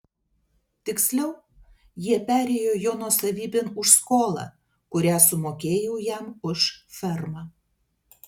tiksliau jie perėjo jo nuosavybėn už skolą kurią sumokėjau jam už fermą